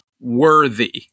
Worthy